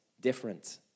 different